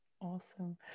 awesome